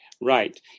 right